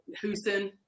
houston